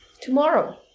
tomorrow